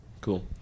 Cool